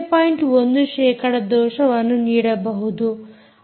1 ಶೇಕಡ ದೋಷವನ್ನು ನೀಡಬಹುದು